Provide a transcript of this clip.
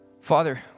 Father